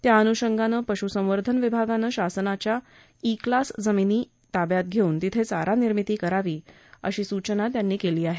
त्याअनुषंगानं पशुसंवर्धन विभागानं शासनाच्या ई वर्गातल्या जमीनी ताब्यात घेऊन तिथे चारा निर्मिती करावी अशी सूचनाही कडू यांनी केली आहे